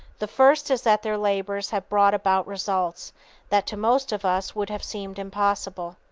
the first is that their labors have brought about results that to most of us would have seemed impossible.